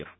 F